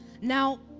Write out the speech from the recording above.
Now